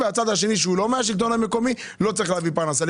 והצד השני שהוא לא מהשלטון המקומי לא צריך להביא פרנסה.